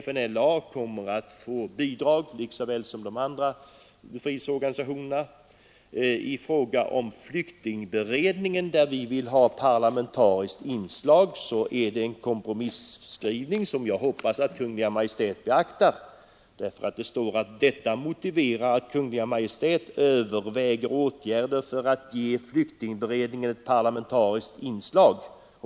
FNLA kommer liksom de andra befrielseorganisationerna att få bidrag. I fråga om flyktingberedningen, där vi vill ha ett parlamentariskt inslag, har utskottet gjort en kompromisskrivning som jag hoppas att Kungl. Maj:t beaktar. Utskottet skriver: ”Detta motiverar att Kungl. Maj:t överväger åtgärder för att ge flyktingberedningen ett parlamentariskt inslag.